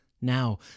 Now